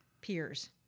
peers